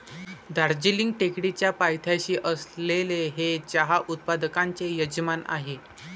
दार्जिलिंग टेकडीच्या पायथ्याशी असलेले हे चहा उत्पादकांचे यजमान आहे